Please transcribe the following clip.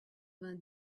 vingt